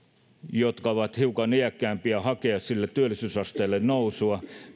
jotka ovat hiukan iäkkäämpiä hakea sille työllisyysasteelle nousua